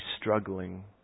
struggling